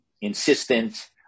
insistent